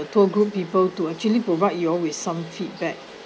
tour group people to actually provide you all with some feedback